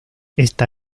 esta